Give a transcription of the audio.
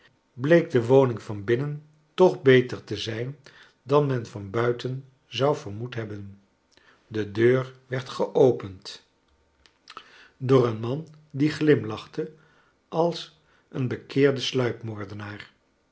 bleek de woning van binnen toch beter te zijn dan men van buiten zou vermoed hebben de deur werd geopend door een man die glimlachte als een bekeerde